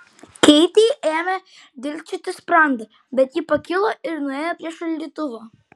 keitei ėmė dilgčioti sprandą bet ji pakilo ir nuėjo prie šaldytuvo